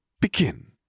Begin